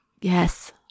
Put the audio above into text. yes